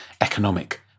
economic